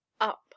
up